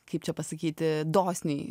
kaip čia pasakyti dosniai